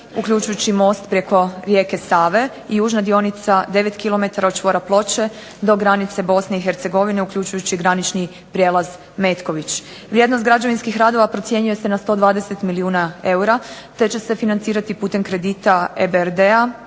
uključujući most preko rijeke Save i južna dionica 9 km od čvora Ploče do granice BiH uključujući i granični prijelaz Metković. Vrijednost građevinskih radova procjenjuje se na 120 milijuna eura, te će se financirati putem kredita EBRD-a